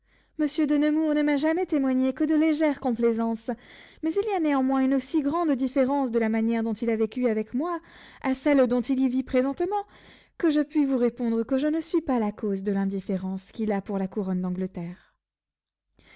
monsieur de nemours ne m'a jamais témoigné que de légères complaisances mais il y a néanmoins une si grande différence de la manière dont il a vécu avec moi à celle dont il y vit présentement que je puis vous répondre que je ne suis pas la cause de l'indifférence qu'il a pour la couronne d'angleterre